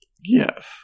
Yes